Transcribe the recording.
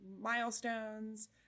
milestones